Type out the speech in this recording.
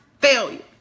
failure